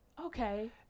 Okay